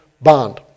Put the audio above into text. bond